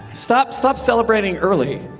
stop, stop celebrating early.